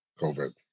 COVID